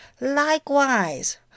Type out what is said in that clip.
likewise